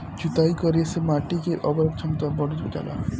जुताई करे से माटी के उर्वरक क्षमता बढ़ जाला